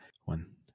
one